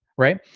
right.